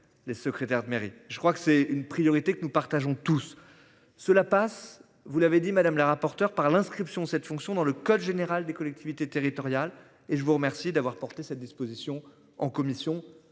les secrétaires de mairie. Je crois que c'est une priorité que nous partageons tous ceux passe, vous l'avez dit madame la rapporteure par l'inscription cette fonction dans le code général des collectivités territoriales et je vous remercie d'avoir porté cette disposition en commission,